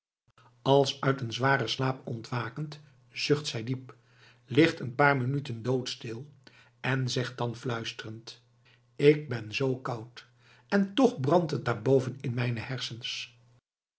als uit een zwaren slaap ontwakend zucht zij diep ligt een paar minuten doodstil en zegt dan fluisterend k ben zoo koud en toch brandt het daarboven in mijne hersens